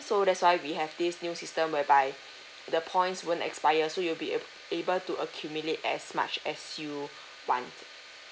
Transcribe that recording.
so that's why we have this new system whereby the points won't expire so you'll be ab~ able to accumulate as much as you want